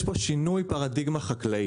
יש פה שינוי פרדיגמה חקלאית.